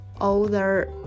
older